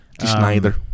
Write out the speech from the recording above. Schneider